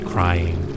Crying